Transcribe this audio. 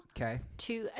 Okay